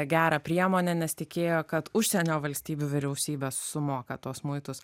gerą priemonę nes tikėjo kad užsienio valstybių vyriausybės sumoka tuos muitus